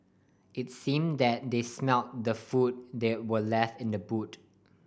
it's seem that they smelt the food that were left in the boot